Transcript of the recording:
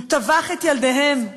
את ילדיהם,